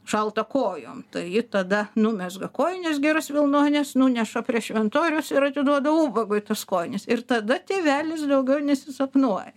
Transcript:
šalta kojom tai ji tada numezga kojines geras vilnones nuneša prie šventoriaus ir atiduoda ubagui kojines ir tada tėvelis daugiau nesisapnuoja